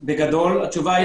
בגדול, התשובה היא לא.